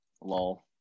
Lol